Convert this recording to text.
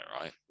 right